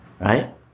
Right